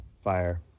fire